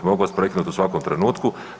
Mogu vas prekinuti u svakom trenutku.